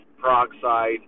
peroxide